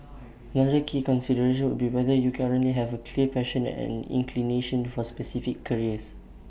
another key consideration would be whether you currently have A clear passion and inclination for specific careers